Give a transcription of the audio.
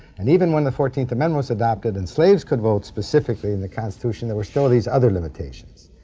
and even when the fourteenth amendment was adopted and slaves could vote specifically in the constitution, there were still these other limitations.